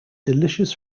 delicious